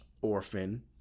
orphan